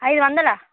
అయిదు వందలు